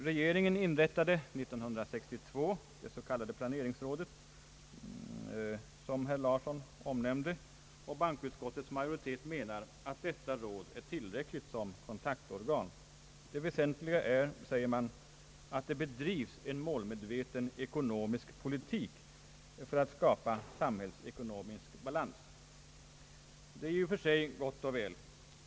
Regeringen inrättade 1962 det s.k. planeringsrådet, som herr Larsson omnämnde, och bankoutskottets majoritet menar att detta råd är tillräckligt som kontaktorgan. Det väsentliga är, säger man, att det bedrivs en målmedveten ekonomisk politik för att skapa samhällsekonomisk balans. Det är gott och väl.